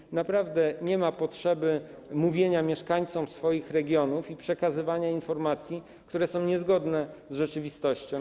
I naprawdę nie ma potrzeby mówienia mieszkańcom swoich regionów i przekazywania informacji, które są niezgodne z rzeczywistością.